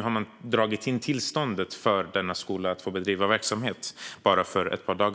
Bara för ett par dagar sedan drog man in tillståndet att bedriva verksamhet för denna